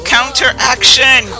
Counteraction